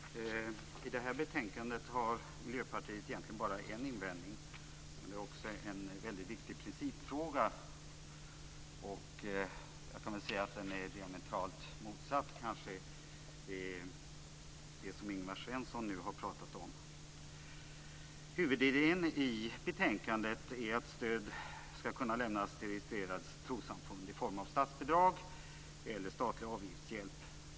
Fru talman! I det här betänkandet har Miljöpartiet egentligen bara en invändning. Men det är en mycket viktig principfråga. Jag kan säga att den kanske är diametralt motsatt det som Ingvar Svensson nu har pratat om. Huvudidén i betänkandet är att stöd ska kunna lämnas till registrerat trossamfund i form av statsbidrag eller statlig avgiftshjälp.